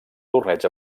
torneig